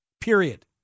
period